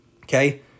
Okay